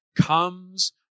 comes